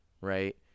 Right